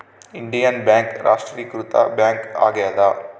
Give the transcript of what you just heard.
Indian bank ರಾಷ್ಟ್ರೀಕೃತ bank ಆಗ್ಯಾದ